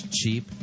cheap